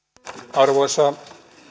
arvoisa